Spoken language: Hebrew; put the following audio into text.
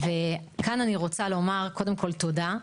וכאן אני רוצה לומר קודם כול תודה,